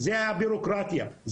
זה הבירוקרטיה,